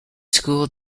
school